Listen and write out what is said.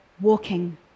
walking